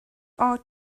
ought